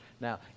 Now